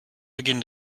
beginn